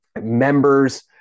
members